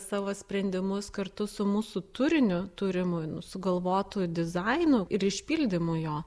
savo sprendimus kartu su mūsų turiniu turimu sugalvotu dizainu ir išpildymu jo